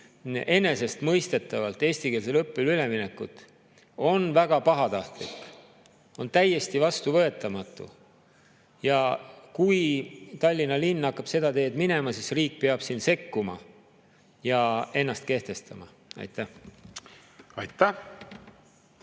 enesestmõistetavalt eestikeelsele õppele üleminekut, on väga pahatahtlik, on täiesti vastuvõetamatu. Kui Tallinna linn hakkab seda teed minema, siis riik peab siin sekkuma ja ennast kehtestama. Aitäh! Aitäh!